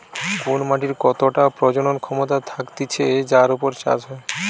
কোন মাটির কতটা প্রজনন ক্ষমতা থাকতিছে যার উপর চাষ হয়